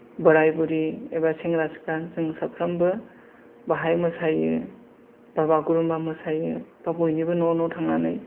बोराय बुरि एबा सेंग्रा सिख्ला जों साफ्रोमबो बाहाय मोसायो बागुरुम्बा मोसायो बा बयनिबो न' न' थांनानै